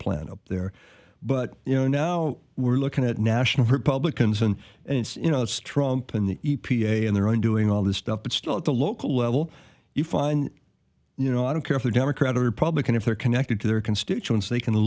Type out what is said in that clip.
plant up there but you know now we're looking at national republicans and it's you know it's trump and the e p a and their own doing all this stuff but still at the local level you find you know i don't care for democrat or republican if they're connected to their constituents they can